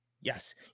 Yes